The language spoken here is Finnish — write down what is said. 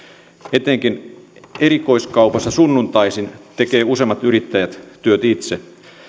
etenkin erikoiskaupassa sunnuntaisin tekevät useimmat yrittäjät työt itse